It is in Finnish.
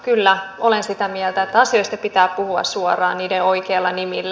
kyllä olen sitä mieltä että asioista pitää puhua suoraan niiden oikeilla nimillä